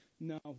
no